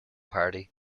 party